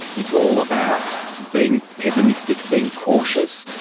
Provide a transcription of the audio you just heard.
it's all about being pessimistic, being cautious,